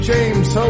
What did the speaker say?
James